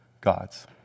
God's